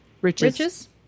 Riches